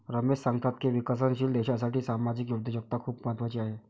रमेश सांगतात की विकसनशील देशासाठी सामाजिक उद्योजकता खूप महत्त्वाची आहे